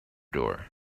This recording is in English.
door